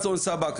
אדון סבג,